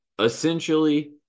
essentially